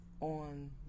on